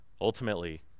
ultimately